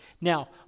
now